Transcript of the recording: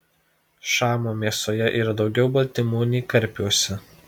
šamų mėsoje yra daugiau baltymų nei karpiuose